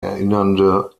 erinnernde